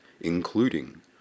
including